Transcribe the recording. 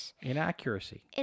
inaccuracy